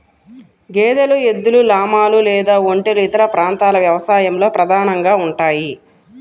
గేదెలు, ఎద్దులు, లామాలు లేదా ఒంటెలు ఇతర ప్రాంతాల వ్యవసాయంలో ప్రధానంగా ఉంటాయి